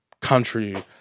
country